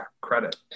credit